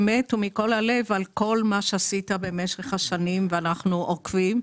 באמת ומכל הלב על כל מה שעשית במשך השנים ואנחנו עוקבים,